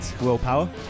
willpower